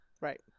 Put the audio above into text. Right